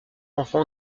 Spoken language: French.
enfants